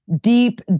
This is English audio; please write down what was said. deep